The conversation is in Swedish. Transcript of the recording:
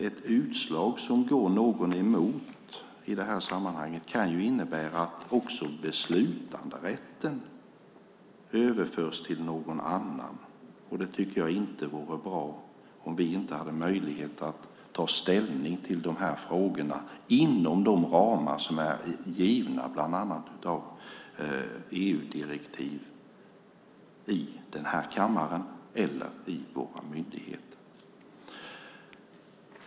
Ett utslag som går någon emot i det här sammanhanget kan ju innebära att också beslutanderätten överförs till någon annan, och jag tycker inte att det vore bra om vi inte hade möjlighet att ta ställning till de här frågorna inom de ramar som är givna bland annat av EU-direktiv i den här kammaren eller i våra myndigheter.